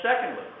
secondly